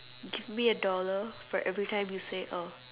give me a dollar for every time you say oh